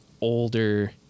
older